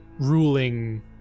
ruling